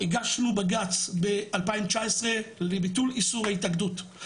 הגשנו בג"צ ב-2019 לביטול איסור ההתאגדות.